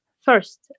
first